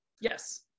Yes